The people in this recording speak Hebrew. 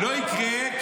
לא יקרה,